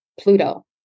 pluto